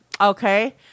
Okay